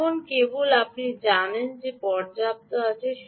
এখন কেবল একবার আপনি জানেন যে পর্যাপ্ত আছে